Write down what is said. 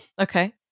okay